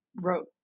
wrote